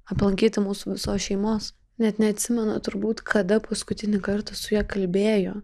aplankyti mūsų visos šeimos net neatsimena turbūt kada paskutinį kartą su ja kalbėjo